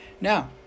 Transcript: Now